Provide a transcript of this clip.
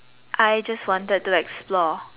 I just wanted to like explore